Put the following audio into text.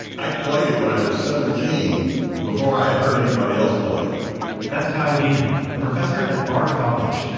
i played it when i was seventeen before i had heard anybody else play it that's kyle gann, a professor at bard college.